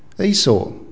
Esau